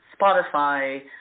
Spotify